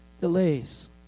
delays